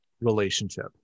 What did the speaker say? relationship